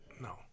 no